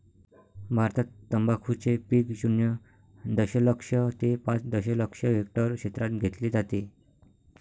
भारतात तंबाखूचे पीक शून्य दशलक्ष ते पाच दशलक्ष हेक्टर क्षेत्रात घेतले जाते